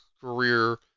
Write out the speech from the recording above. career